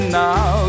now